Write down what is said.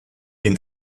den